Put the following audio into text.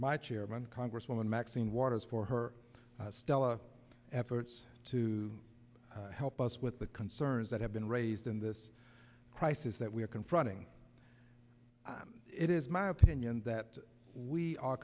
my chairman congresswoman maxine waters for her stela efforts to help us with the concerns that have been raised in this crisis that we are confronting it is my opinion that we are